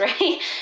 right